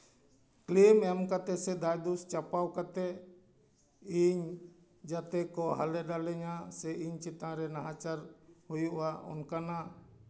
claim ᱮᱢ ᱠᱟᱛᱮᱜ ᱥᱮ ᱫᱟᱭ ᱫᱳᱥ ᱪᱟᱯᱟᱣ ᱠᱟᱛᱮᱜ ᱤᱧ ᱡᱟᱛᱮ ᱠᱚ ᱦᱟᱞᱮ ᱰᱟᱞᱮᱧᱟ ᱥᱮ ᱤᱧ ᱪᱮᱛᱟᱱ ᱨᱮ ᱱᱟᱦᱟᱪᱟᱨ ᱦᱩᱭᱩᱜᱼᱟ ᱚᱱᱠᱟᱱᱟᱜ